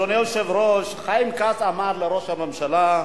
אדוני היושב-ראש, חיים כץ אמר לראש הממשלה: